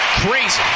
crazy